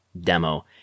demo